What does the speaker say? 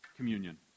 communion